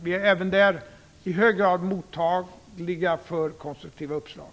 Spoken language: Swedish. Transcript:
Vi är även där i hög grad mottagliga för konstruktiva uppslag.